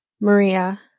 Maria